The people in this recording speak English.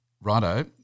righto